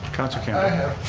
councilor campbell.